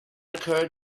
occurred